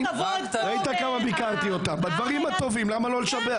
למה לא לשבח בדברים הטובים?